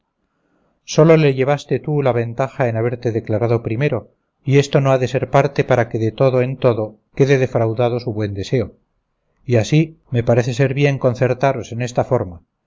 sólo le llevaste tú la ventaja en haberte declarado primero y esto no ha de ser parte para que de todo en todo quede defraudado su buen deseo y así me parece ser bien concertaros en esta forma